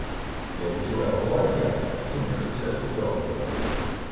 jaučiu euforiją sumišusią su grauduliu